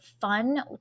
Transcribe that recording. fun